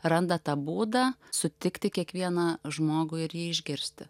randa tą būdą sutikti kiekvieną žmogų ir jį išgirsti